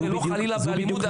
ולא חלילה באלימות.